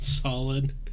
Solid